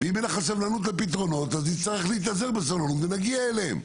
ואם אין לך סבלנות לפתרונות אז תצטרך להתאזר בסבלנות ונגיע אליהם.